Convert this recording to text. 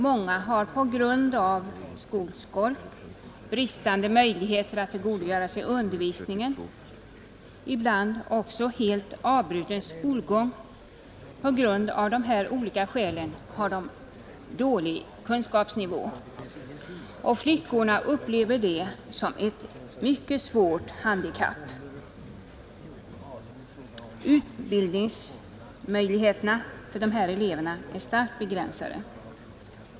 Många har på grund av skolskolk, bristande möjligheter att tillgodogöra sig undervisningen, ibland också helt avbruten skolgång, stannat på en låg kunskapsnivå, och flickorna upplever det som ett mycket svårt handikapp. Utbildningsmöjligheterna för de här eleverna är starkt begränsade.